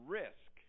risk